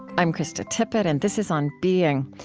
i'm krista tippett, and this is on being.